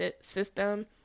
system